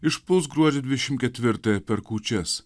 išpuls gruodžio dvidešim ketvirtąją per kūčias